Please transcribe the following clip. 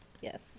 yes